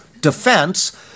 defense